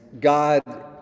God